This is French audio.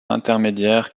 intermédiaire